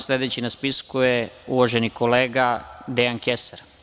Sledeći na spisku je uvaženi kolega Dejan Kesar.